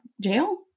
jail